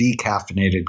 decaffeinated